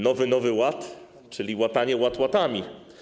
Nowy Nowy Ład, czyli łatanie łat łatami.